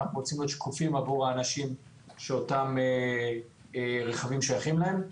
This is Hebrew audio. אנחנו רוצים להיות שקופים עבור האנשים שאותם רכבים שייכים להם.